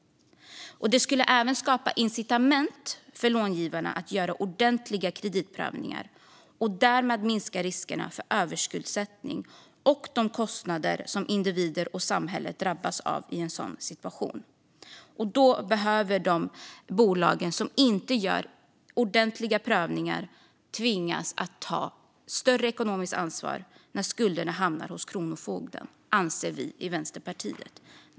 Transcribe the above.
Det skulle även skapa incitament för långivarna att göra ordentliga kreditprövningar. Därmed skulle riskerna för överskuldsättning och för kostnader som individer och samhälle kan drabbas av i en sådan situation minska. De bolag som inte gör ordentliga prövningar behöver tvingas att ta ett större ekonomiskt ansvar när skulderna hamnar hos Kronofogden, anser vi i Vänsterpartiet.